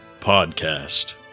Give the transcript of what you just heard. Podcast